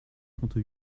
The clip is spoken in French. trente